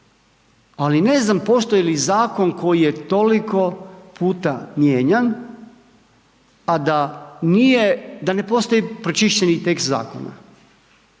ali ne znam, postoji li zakon koji je toliko puta mijenjan, a da nije, da ne postoji pročišćeni tekst zakona.